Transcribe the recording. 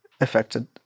affected